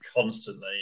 constantly